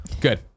Good